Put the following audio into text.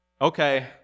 Okay